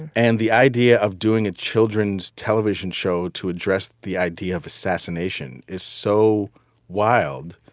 and the idea of doing a children's television show to address the idea of assassination is so wild.